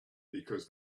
because